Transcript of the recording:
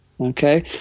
Okay